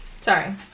Sorry